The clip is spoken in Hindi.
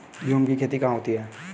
झूम की खेती कहाँ होती है?